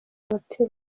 umutima